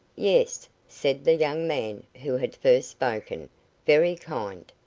yes, said the young man who had first spoken very kind.